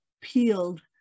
peeled